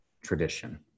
tradition